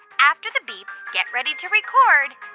after the beep, get ready to record